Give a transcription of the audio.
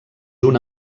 una